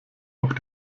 auch